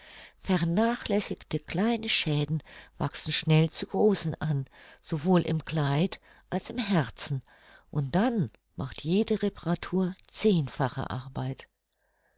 vernachlässigte kleine schäden wachsen schnell zu großen an sowohl im kleid als im herzen und dann macht jede reparatur zehnfache arbeit